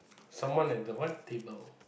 someone at the what table